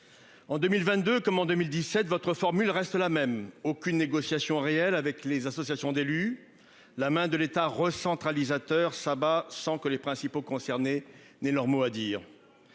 En 2022 comme en 2017, votre formule reste la même : aucune négociation réelle avec les associations d'élus. La main de l'État recentralisateur s'abat sans que les principaux concernés aient leur mot à dire.